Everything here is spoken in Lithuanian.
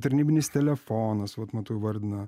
tarnybinis telefonas vat matu įvardina